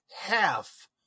half